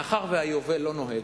מאחר שהיובל לא נוהג,